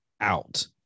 out